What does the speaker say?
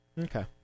Okay